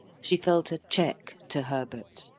she felt a check to herbert,